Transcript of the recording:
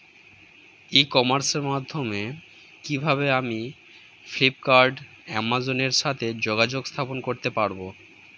ই কমার্সের মাধ্যমে কিভাবে আমি ফ্লিপকার্ট অ্যামাজন এর সাথে যোগাযোগ স্থাপন করতে পারব?